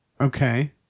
Okay